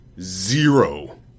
zero